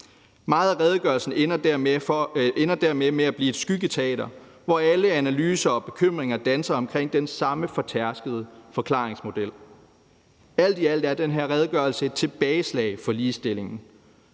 Meget af redegørelsen ender dermed med at blive et skyggeteater, hvor alle analyser og bekymringer danser omkring den samme fortærskede forklaringsmodel. Alt i alt er den her redegørelse et tilbageslag for ligestillingen.